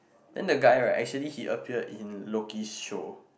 then the guy right actually he appeared in Loki's show